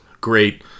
Great